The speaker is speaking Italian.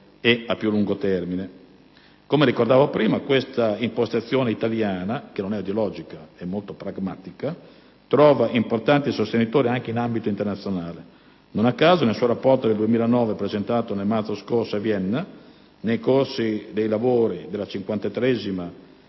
e nel più lungo termine. Come ricordavo prima, questa impostazione "italiana" - che non è ideologica, è molto pragmatica - trova importanti sostenitori anche in ambito internazionale. Non a caso, nel suo rapporto 2009, presentato nel marzo scorso, a Vienna, nel corso dei lavori della 53a